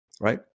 right